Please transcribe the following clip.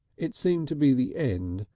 it seemed to be the end,